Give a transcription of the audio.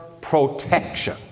protection